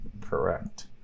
Correct